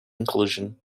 inclusion